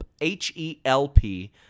H-E-L-P